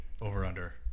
over-under